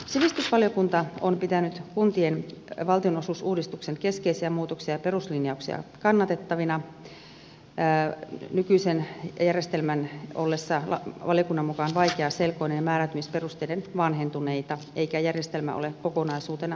sivistysvaliokunta on pitänyt kuntien valtionosuusuudistuksen keskeisiä muutoksia ja peruslinjauksia kannatettavina nykyisen järjestelmän ollessa valiokunnan mukaan vaikeaselkoinen ja määräytymisperusteiden vanhentuneita eikä järjestelmä ole kokonaisuutena kannustava